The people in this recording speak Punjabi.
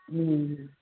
ਹੂੰ